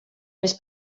més